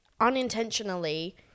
unintentionally